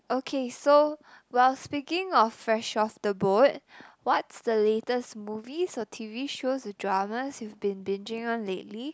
okay so while speaking of fresh off the boat what's the latest movies or t_v shows dramas you've been binging on lately